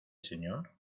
señor